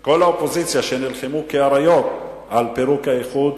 כל האופוזיציה, שנלחמו כאריות על פירוק האיחוד,